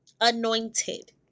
anointed